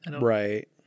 Right